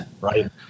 right